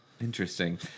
interesting